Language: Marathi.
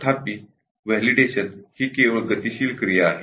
तथापि व्हॅलिडेशन ही केवळ गतिशील क्रिया आहे